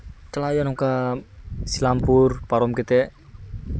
ᱪᱟᱞᱟᱜ ᱦᱩᱭᱩᱜᱼᱟ ᱱᱚᱝᱠᱟ ᱤᱥᱞᱟᱢᱯᱩᱨ ᱯᱟᱨᱚᱢ ᱠᱟᱛᱮ